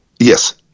Yes